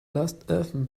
lastfm